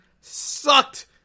sucked